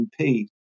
MP